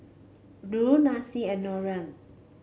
Lura Nanci and Lorenz